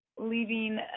Leaving